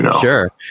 sure